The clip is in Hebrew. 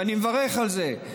ואני מברך על זה,